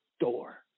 door